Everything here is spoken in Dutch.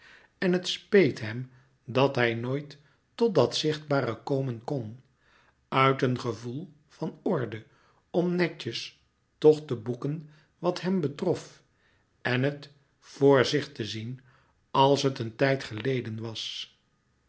en het speet hem dat hij nooit tot dat zichtbare komen kon uit een gevoel van orde om netjes toch te boeken wat hem betrof en het vor zich te zien als het een tijd geleden was